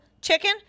chicken